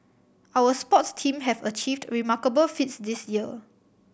our sports team have achieved remarkable feats this year